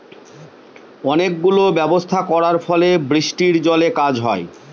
অনেক গুলো ব্যবস্থা করার ফলে বৃষ্টির জলে কাজ হয়